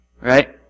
right